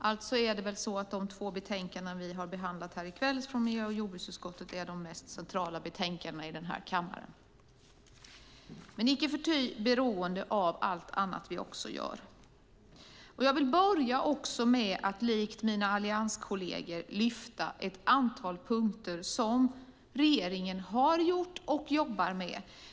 Alltså är de två betänkanden vi har behandlat här i kväll från miljö och jordbruksutskottet de mest centrala betänkandena i den här kammaren - icke förty beroende av allt annat vi också gör Jag vill börja med att likt mina allianskolleger lyfta fram ett antal punkter som regeringen har gjort och jobbar med.